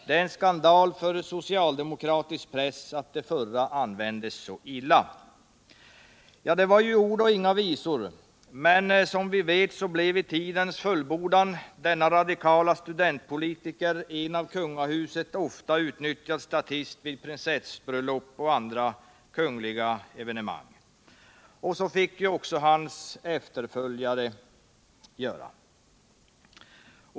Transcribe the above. Det är en skandal för socialdemokratisk press, att det förra användes så illa.” Det var ju ord och inga visor, men som vi vet blev i tidens fullbordan denne radikale studentpolitiker en av kungahuset ofta utnyttjad statist vid prinsessbröllop och andra kungliga evenemang. Så gick det också för hans efterföljare.